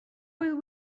will